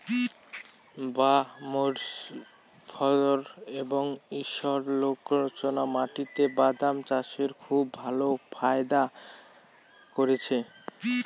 বাঃ মোজফ্ফর এবার ঈষৎলোনা মাটিতে বাদাম চাষে খুব ভালো ফায়দা করেছে